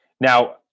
Now